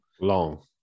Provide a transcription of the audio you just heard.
Long